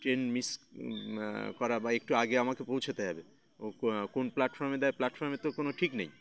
train miss করা বা একটু আগে আমাকে পৌঁছেতে হবে ও কোন কোন প্ল্যাটফর্মে দেয় প্লাটফর্মে তো কোনো ঠিক নেই